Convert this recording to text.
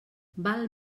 val